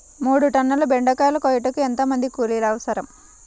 మూడు టన్నుల బెండకాయలు కోయుటకు ఎంత మంది కూలీలు అవసరం?